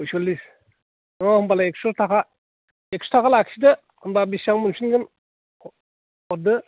पयस'ल्लिस र' होनबालाय एक्स' थाखा लाखिदो होनबा बेसेबां मोनफिनगोन हरदो